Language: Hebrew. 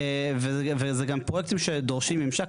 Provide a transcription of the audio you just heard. וזה גם פרויקטים שדורשים ממשק.